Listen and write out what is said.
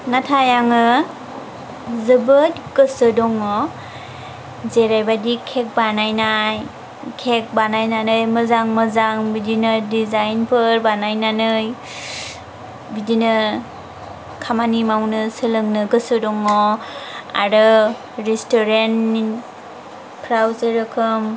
नाथाय आङो जोबोद गोसो दङ जेरैबादि केक बानायनाय केक बानायनानै मोजां मोजां बिदिनो डिजाइनफोर बानायनानै बिदिनो खामानि मावनो सोलोंनो गोसो दङ आरो रेस्टुरेन्टफोराव जेरोखोम